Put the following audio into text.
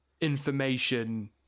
information